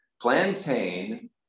plantain